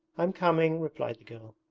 i'm coming replied the girl.